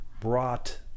brought